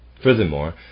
Furthermore